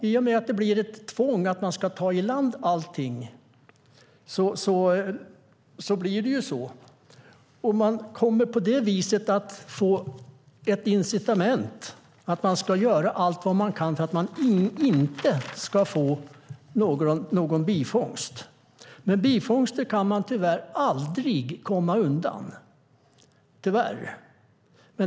I och med att det blir ett tvång att ta i land allting blir det så. Man kommer på det viset att få ett incitament att göra allt vad man kan för att inte få någon bifångst. Bifångster kan man tyvärr aldrig komma undan.